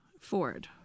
Ford